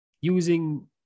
Using